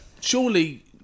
surely